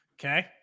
Okay